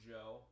Joe